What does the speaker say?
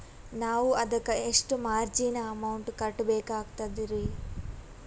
ನಾವು ಅದಕ್ಕ ಎಷ್ಟ ಮಾರ್ಜಿನ ಅಮೌಂಟ್ ಕಟ್ಟಬಕಾಗ್ತದ್ರಿ?